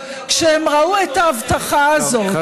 כשהם ראו את ההבטחה הזאת,